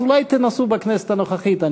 אז אולי תנסו בכנסת הנוכחית.